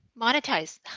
monetize